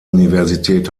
universität